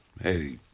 hey